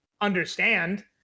understand